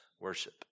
worship